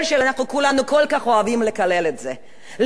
לאף מודל אחר זה לא מתאים.